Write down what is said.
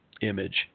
image